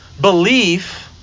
belief